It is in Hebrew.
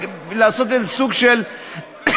לעשות איזה סוג של גיהוץ.